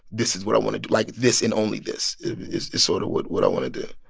this is what i want to do. like, this and only this is is sort of what what i want to do